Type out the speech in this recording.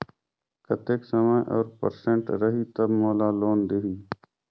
कतेक समय और परसेंट रही तब मोला लोन देही?